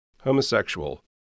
Homosexual